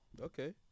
Okay